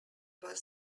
was